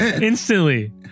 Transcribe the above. instantly